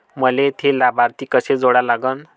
मले थे लाभार्थी कसे जोडा लागन?